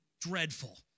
dreadful